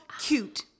cute